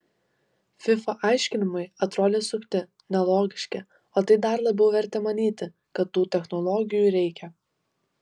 fifa aiškinimai atrodė sukti nelogiški o tai dar labiau vertė manyti kad tų technologijų reikia